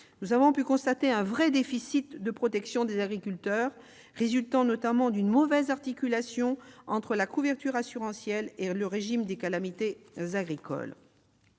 Nous avons pu constater un véritable déficit de protection des agriculteurs, résultant notamment d'une mauvaise articulation entre la couverture assurantielle et le régime des calamités agricoles.